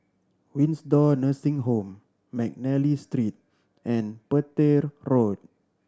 Windsor Nursing Home McNally Street and Petir Road